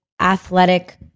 athletic